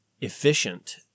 efficient